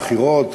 בחירות,